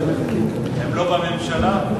הם לא בממשלה,